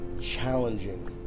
challenging